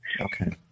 Okay